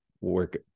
work –